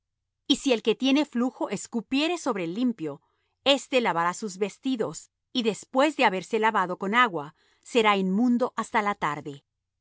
y si el que tiene flujo escupiere sobre el limpio éste lavará sus vestidos y después de haberse lavado con agua será inmundo hasta la tarde